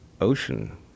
ocean